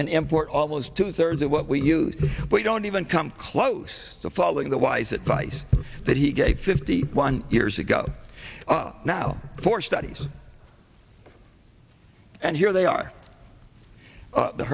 and import almost two thirds of what we use but don't even come close to following the wise advice that he gave fifty one years ago now for studies and here they are